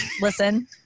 Listen